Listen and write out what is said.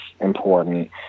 important